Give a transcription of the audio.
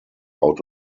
out